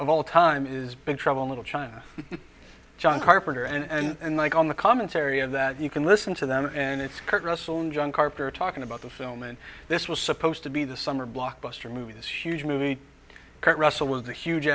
of all time is big trouble little china john carpenter and like on the commentary of that you can listen to them and it's kurt russell and john carter talking about the film and this was supposed to be the summer blockbuster movie this huge movie kurt russell with a huge